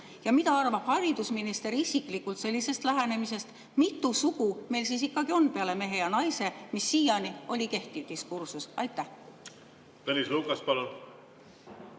Mida arvab haridusminister isiklikult sellisest lähenemisest? Mitu sugu meil siis ikkagi on peale mehe ja naise, mis siiani oli kehtiv diskursus? Tõnis Lukas, palun!